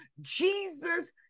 Jesus